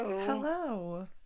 Hello